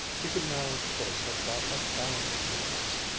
he could now of course have bought a thousand pianos.